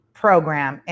program